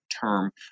term